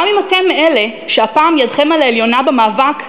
גם אם אתם מאלה שהפעם ידכם על העליונה במאבק,